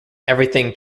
everything